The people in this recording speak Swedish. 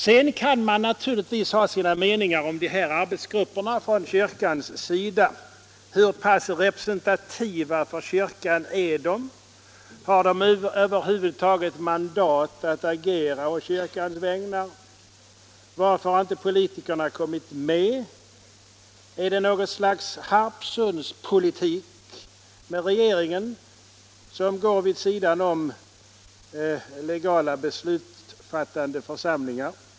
Sedan kan man naturligtvis från kyrkans sida ha sina meningar om de här arbetsgrupperna. Hur pass representativa för kyrkan är de? Har de över huvud taget mandat att agera å kyrkans vägnar? Varför har inte politikerna kommit med? Är detta något slags Harpsundspolitik med regeringen som går vid sidan av legala beslutsfattande församlingar?